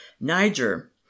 Niger